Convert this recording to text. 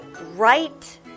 right